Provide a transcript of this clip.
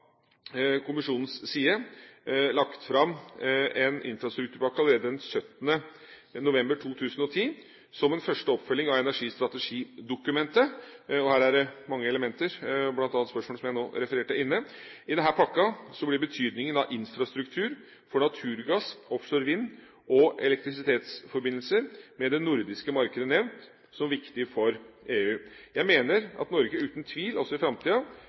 Kommisjonens side lagt fram en infrastrukturpakke allerede den 17. november 2010 som en første oppfølging av energistrategidokumentet. Her er det mange elementer, bl.a. spørsmål som jeg nå refererte, inne. I denne pakken blir betydningen av infrastruktur for naturgass, offshore vind og elektrisitetsforbindelser med det nordiske markedet nevnt som viktig for EU. Jeg mener at Norge uten tvil også i framtida